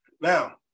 Now